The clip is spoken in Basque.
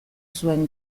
zuen